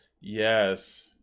yes